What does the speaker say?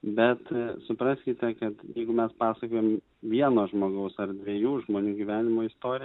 bet supraskite kad jeigu mes pasakojam vieno žmogaus ar dviejų žmonių gyvenimo istoriją